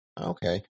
Okay